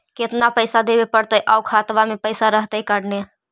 केतना पैसा देबे पड़तै आउ खातबा में पैसबा रहतै करने?